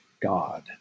God